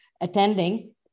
attending